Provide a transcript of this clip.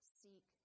seek